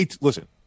Listen